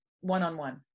one-on-one